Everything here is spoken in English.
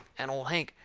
and old hank,